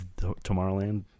tomorrowland